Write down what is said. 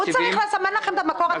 הוא צריך לסמן לכם את המקור התקציבי?